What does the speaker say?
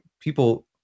people